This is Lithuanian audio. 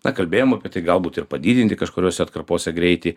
na kalbėjom apie tai galbūt ir padidinti kažkuriose atkarpose greitį